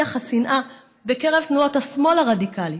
שיח השנאה בקרב תנועות השמאל הרדיקלי.